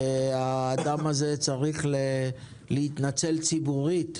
האדם הזה צריך להתנצל ציבורית.